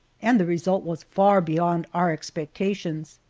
and the result was far beyond our expectations.